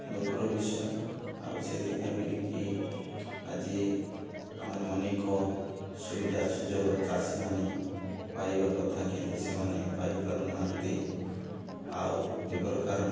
ଦୁଃଖର ବିଷୟ ଆଉ ସେଥିପାଇଁ ବୋଲିକି ଆଜି ଆମମାନେ ଅନେକ ସୁବିଧା ସୁଯୋଗ ଚାଷୀମାନେ ପାଇବା କଥା କିନ୍ତୁ ସେମାନେ ପାଇ ପାରୁନାହାନ୍ତି ଆଉ ଏ ପ୍ରକାର